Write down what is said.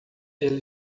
ele